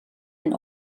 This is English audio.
and